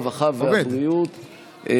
הרווחה והבריאות,